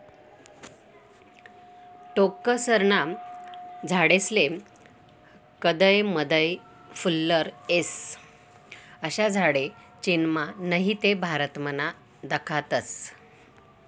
टोक्करना झाडेस्ले कदय मदय फुल्लर येस, अशा झाडे चीनमा नही ते भारतमा दखातस